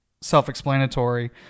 self-explanatory